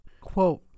quote